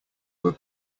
were